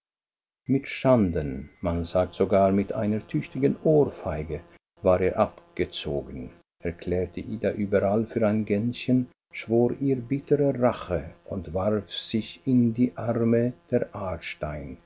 mit schanden man sagt sogar mit einer tüchtigen ohrfeige war er abgezogen erklärte ida überall für ein gänschen schwor ihr bittere rache und warf sich in die arme der aarstein